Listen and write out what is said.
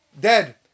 dead